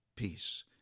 Peace